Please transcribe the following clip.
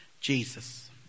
Jesus